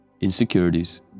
insecurities